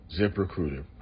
ZipRecruiter